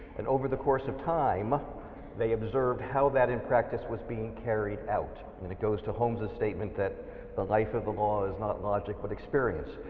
and over the course of time they observed how that in practice was being carried out, and it goes to holmes' ah statement that the life of the law is not logic but experience.